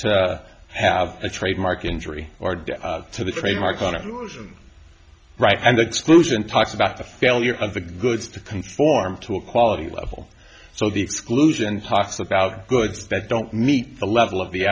to have a trademark injury or death to the trademark on the right and the exclusion talked about the failure of the goods to conform to a quality level so the exclusion talked about goods that don't meet the level of the